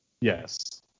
Yes